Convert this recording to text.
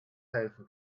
helfen